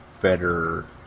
better